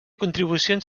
contribucions